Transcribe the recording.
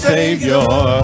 Savior